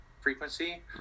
frequency